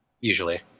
Usually